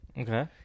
Okay